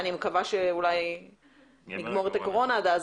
מקווה שאולי נסיים עם הקורונה עד אז